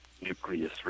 nucleus